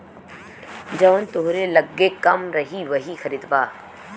जवन तोहरे लग्गे कम रही वही खरीदबा